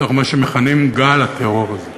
בתוך מה שמכנים "גל הטרור" הזה.